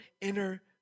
inner